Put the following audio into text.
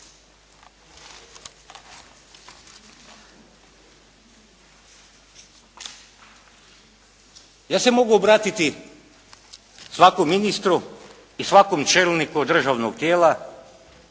Ja se mogu obratiti svakom ministru i svakom čelniku državnog tijela